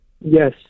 Yes